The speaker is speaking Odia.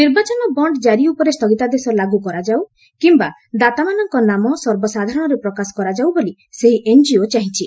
ନିର୍ବାଚନ ବଣ୍ଡ ଜାରି ଉପରେ ସ୍ଥଗିତାଦେଶ ଲାଗୁ କରାଯାଉ କିମ୍ବା ଦାତାମାନଙ୍କ ନାମ ସର୍ବସାଧାରଣରେ ପ୍ରକାଶ କରାଯାଉ ବୋଲି ସେହି ଏନ୍କିଓ ଚାହିଁଛି